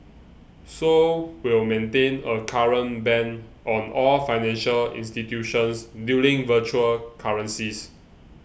seoul will maintain a current ban on all financial institutions dealing virtual currencies